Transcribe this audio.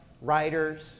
writers